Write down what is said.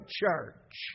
church